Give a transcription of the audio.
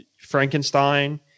Frankenstein